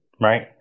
right